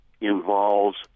involves